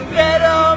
better